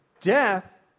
death